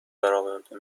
براورده